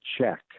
check